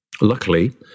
Luckily